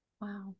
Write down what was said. Wow